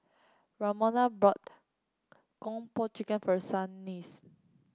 Ramona bought Kung Po Chicken for Shanice